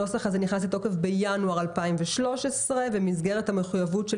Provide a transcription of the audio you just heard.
הנוסח הזה נכנס לתוקף בינואר 2013. במסגרת המחויבות של